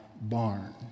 barn